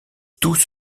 tout